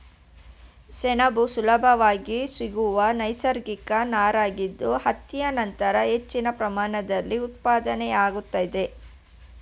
ಸೆಣಬು ಸುಲಭವಾಗಿ ಸಿಗುವ ನೈಸರ್ಗಿಕ ನಾರಾಗಿದ್ದು ಹತ್ತಿ ನಂತರ ಹೆಚ್ಚಿನ ಪ್ರಮಾಣದಲ್ಲಿ ಉತ್ಪಾದನೆಯಾಗ್ತದೆ